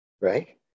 Right